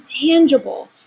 tangible